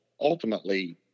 Ultimately